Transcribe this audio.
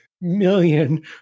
million